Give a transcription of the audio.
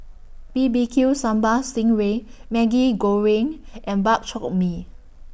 B B Q Sambal Sting Ray Maggi Goreng and Bak Chor Mee